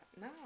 No